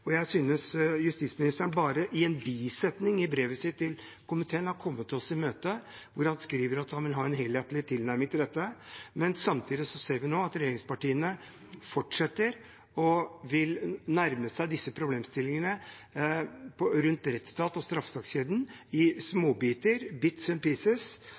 kriminalitetsutvikling. Jeg støtter helhjertet forslaget fra Senterpartiet. Det gir oss en anledning til å ha et større og mer helhetlig blikk. Justisministeren har bare i én bisetning i brevet sitt til komiteen kommet oss i møte hvor han skriver at han vil ha en helhetlig tilnærming til dette. Samtidig ser vi nå at regjeringspartiene fortsetter med å ville nærme seg disse problemstillingene rundt rettsstat og